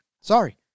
Sorry